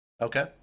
Okay